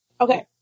Okay